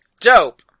Dope